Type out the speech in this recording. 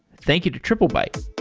thank you to triplebyte